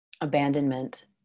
abandonment